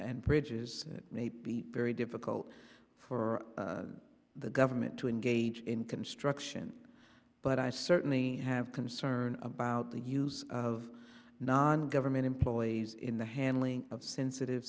and bridges it may be very difficult for the government to engage in construction but i certainly have concerns about the use of non government employees in the handling of sensitive